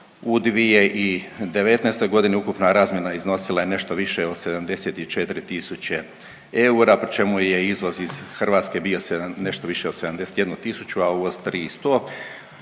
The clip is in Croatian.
U 2019.g. ukupna razmjena iznosila je nešto više od 74 tisuće eura pri čemu je izvoz iz Hrvatske bio nešto više od 71 tisuću, a uvoz 3 i 100,